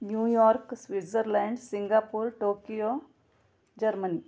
New York Switzerland Singapore Tokyo Germany